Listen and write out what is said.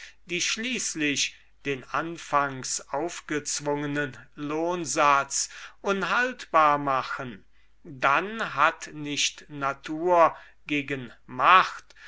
die schließlich den anfangs aufgezwungenen lohnsatz unhaltbar machen dann hat nicht natur gegen macht